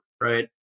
Right